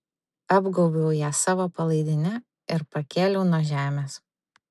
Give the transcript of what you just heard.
apgaubiau ją savo palaidine ir pakėliau nuo žemės